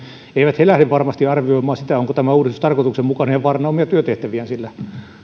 eivät he varmasti lähde arvioimaan sitä onko tämä uudistus tarkoituksenmukainen ja vaaranna omia työtehtäviään sillä